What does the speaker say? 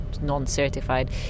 non-certified